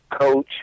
coach